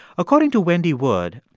according to wendy wood,